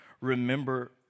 Remember